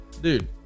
Dude